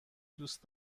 دوست